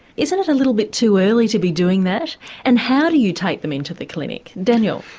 isn't it a little bit too early to be doing that and how do you take them into the clinic? daniel.